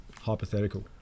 Hypothetical